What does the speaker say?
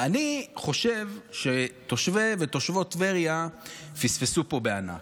אני חושב שתושבי ותושבות טבריה פספסו פה בענק.